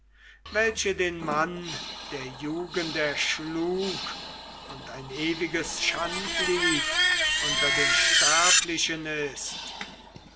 welche den mann der jugend erschlug und ein ewiges schandlied unter den sterblichen ist